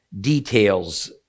details